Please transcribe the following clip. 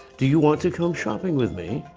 do you want to come shopping with me?